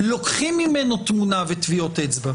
לוקחים ממנו תמונה וטביעות אצבע,